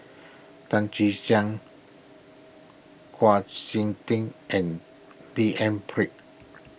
Tan Che Sang Hua Sik Ting and D N Pritt